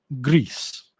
Greece